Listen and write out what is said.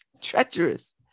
treacherous